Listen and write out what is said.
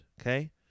okay